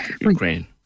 Ukraine